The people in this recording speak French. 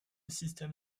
système